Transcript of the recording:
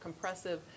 compressive